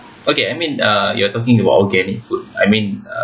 okay I mean uh you're talking about organic food I mean uh